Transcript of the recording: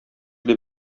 дип